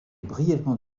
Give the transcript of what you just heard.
brièvement